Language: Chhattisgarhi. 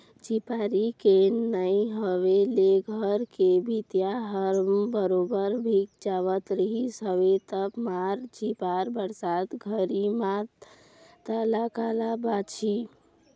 झिपारी के नइ होय ले घर के भीतिया ह बरोबर भींग जावत रिहिस हवय जब मारय झिपार बरसात घरी म ता काला बचही